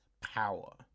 power